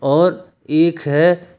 और एक है